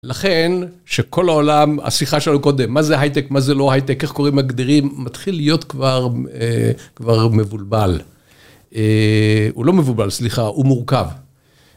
לכן, שכל העולם, השיחה שלנו קודם, מה זה הייטק, מה זה לא הייטק, איך קוראים הגדירים, מתחיל להיות כבר מבולבל. הוא לא מבולבל, סליחה, הוא מורכב.